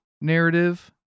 narrative